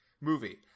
movie